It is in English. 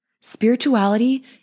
Spirituality